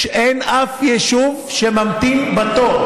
אין אף יישוב שממתין בתור.